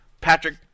Patrick